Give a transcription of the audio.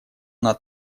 она